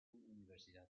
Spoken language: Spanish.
universidad